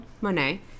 Monet